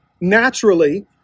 naturally